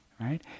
Right